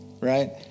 right